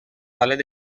ballet